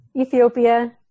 Ethiopia